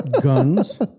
guns